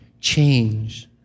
change